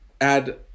add